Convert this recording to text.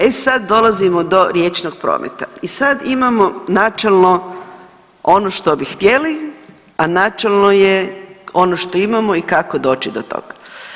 E sad dolazimo do riječnog prometa i sad imamo načelno ono što bi htjeli, a načelni je ono što imamo i kako doći do toga.